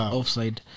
Offside